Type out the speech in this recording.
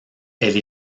elle